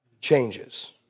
changes